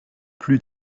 plus